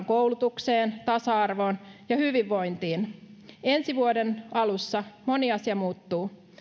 koulutukseen tasa arvoon ja hyvinvointiin ensi vuoden alussa moni asia muuttuu